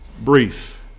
brief